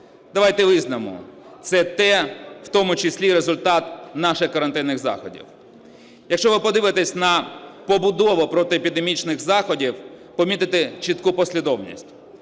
Давайте визнаємо: це те, у тому числі і результат наших карантинних заходів. Якщо ви подивитись на побудову протиепідемічних заходів, помітите чітку послідовність.